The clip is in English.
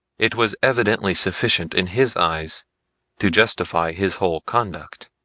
it was evidently sufficient in his eyes to justify his whole conduct.